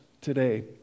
today